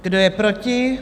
Kdo je proti?